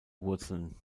wurzeln